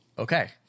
Okay